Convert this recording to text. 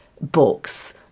books